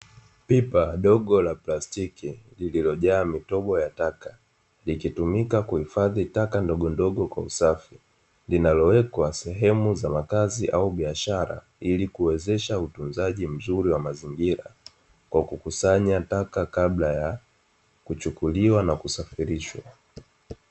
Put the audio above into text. Pipa dogo la plastiki lililojaa mitobo ya taka, likitumika kuhifadhi taka ndogondogo kwa usafi. Linalowekwa sehemu za makazi au biashara, ili kuwezesha utunzaji mzuri wa mazingira: kwa kukusanya taka kabla ya kuchukuliwa na kusafirishwa.